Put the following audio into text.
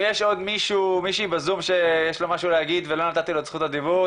אם יש עוד מישהו בזום שיש לו משהו להגיד ולא נתתי לו את זכות הדיבור,